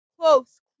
Close